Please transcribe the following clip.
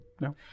No